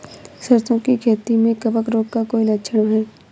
सरसों की खेती में कवक रोग का कोई लक्षण है?